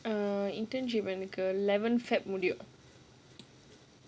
err internship எனக்கு:enakku eleven february module